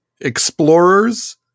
explorers